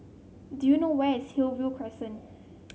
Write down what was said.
do you know where is Hillview Crescent